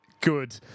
Good